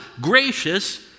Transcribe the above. gracious